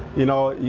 you know,